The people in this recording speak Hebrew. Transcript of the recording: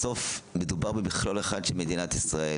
בסוף מדובר במכלול אחד של מדינת ישראל,